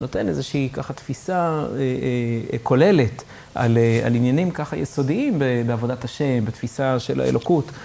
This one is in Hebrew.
נותן איזושהי ככה תפיסה כוללת על עניינים ככה יסודיים בעבודת השם, בתפיסה של האלוקות.